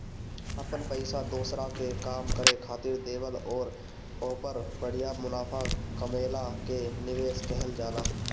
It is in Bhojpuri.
अपन पइसा दोसरा के काम करे खातिर देवल अउर ओहपर बढ़िया मुनाफा कमएला के निवेस कहल जाला